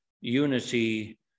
unity